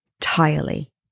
entirely